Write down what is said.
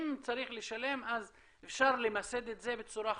אם צריך לשלם אז אפשר למסד את זה בצורה חוקית,